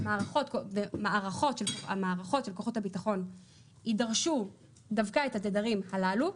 המערכות של כוחות הביטחון יידרשו דווקא את התדרים הללו,